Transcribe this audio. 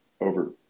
over